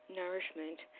nourishment